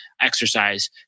exercise